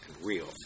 real